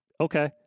okay